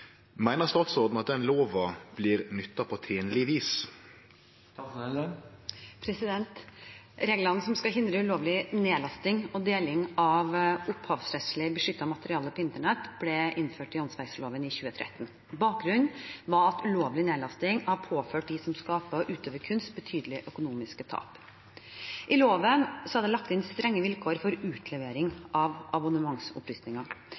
Meiner statsråden at lova nyttast på tenlegt vis?» Reglene som skal hindre ulovlig nedlasting og deling av opphavsrettslig beskyttet materiale på internett, ble innført i åndsverkloven i 2013. Bakgrunnen var at ulovlig nedlasting har påført dem som skaper og utøver kunst, betydelige økonomiske tap. I loven er det lagt inn strenge vilkår for